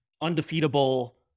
undefeatable